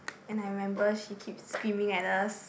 and I remember she keeps screaming at us